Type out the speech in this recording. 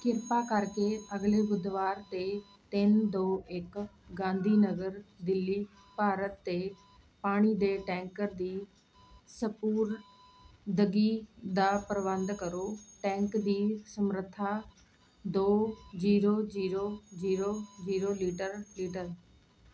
ਕਿਰਪਾ ਕਰਕੇ ਅਗਲੇ ਬੁੱਧਵਾਰ ਤੇ ਤਿੰਨ ਦੋ ਇੱਕ ਗਾਂਧੀ ਨਗਰ ਦਿੱਲੀ ਭਾਰਤ ਤੇ ਪਾਣੀ ਦੇ ਟੈਂਕਰ ਦੀ ਸਪੁਰਦਗੀ ਦਾ ਪ੍ਰਬੰਧ ਕਰੋ ਟੈਂਕ ਦੀ ਸਮਰੱਥਾ ਦੋ zero zero zero zero litre litre